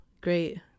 great